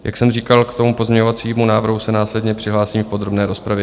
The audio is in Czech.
Jak jsem říkal, k pozměňovacímu návrhu se následně přihlásím v podrobné rozpravě.